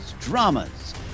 dramas